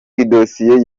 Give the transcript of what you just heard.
idosiye